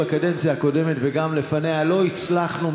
בקדנציה הקודמת וגם לפניה לא הצלחנו,